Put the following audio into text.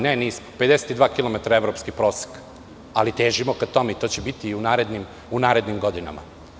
Nismo, 52 kilometara je evropski prosek, ali težimo ka tome i to će biti u narednim godinama.